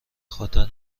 خاطر